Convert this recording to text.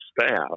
staff